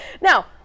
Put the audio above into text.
Now